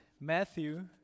Matthew